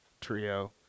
trio